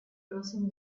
crossing